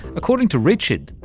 according to richard,